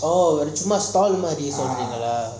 oh சும்மா ஸ்டாலில் மாறி சொல்றிங்களா:chumma stall maari solringala